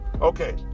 Okay